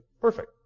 Perfect